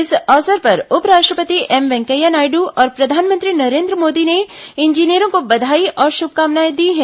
इस अवसर पर उपराष्ट्रपति एम वेंकैया नायडू और प्रधानमंत्री नरेन्द्र मोदी ने इंजीनियरों को बधाई और शुभकामनाए दी हैं